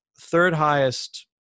third-highest